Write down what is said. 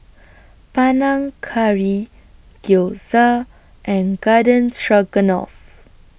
Panang Curry Gyoza and Garden Stroganoff